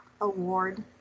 award